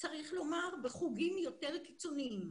צריך לומר, בחוגים יותר קיצוניים,